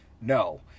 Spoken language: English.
No